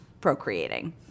procreating